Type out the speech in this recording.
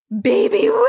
Baby